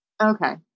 Okay